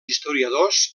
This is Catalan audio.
historiadors